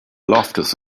loftus